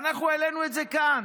אנחנו העלינו את זה כאן.